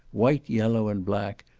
white, yellow, and black,